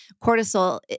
Cortisol